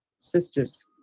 sisters